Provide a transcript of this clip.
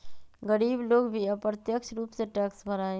गरीब लोग भी अप्रत्यक्ष रूप से टैक्स भरा हई